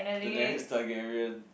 the Daenerys Targaryen